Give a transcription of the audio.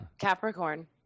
Capricorn